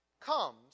comes